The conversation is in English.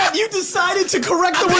um you decided to correct the word